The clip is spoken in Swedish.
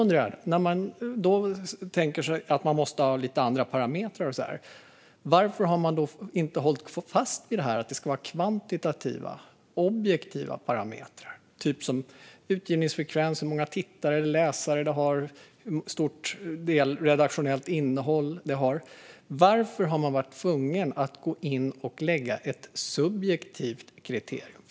När man tänker sig att man måste ha lite andra parametrar, varför har man då inte hållit fast vid att det ska vara kvantitativa, objektiva, parametrar? Det är sådant som utgivningsfrekvens, hur många tittare och läsare det har, hur stor del redaktionellt innehåll det har. Varför har man varit tvungen att gå in och införa ett subjektivt kriterium?